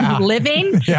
living